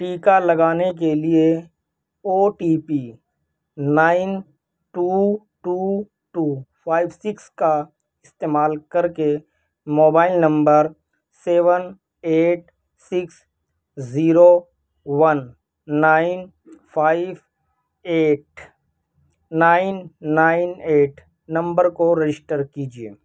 ٹیکہ لگانے کے لیے O T P nine two two two five six کا استعمال کر کے mobile number seven eight six zero one nine five eight nine nine eight number کو رجسٹر کیجیے